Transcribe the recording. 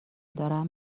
دارم